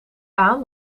aan